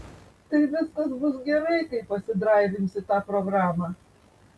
tai viskas bus gerai kai pasidraivinsi tą programą